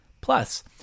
Plus